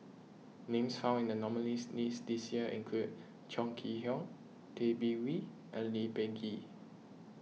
names found in the nominees' list this year include Chong Kee Hiong Tay Bin Wee and Lee Peh Gee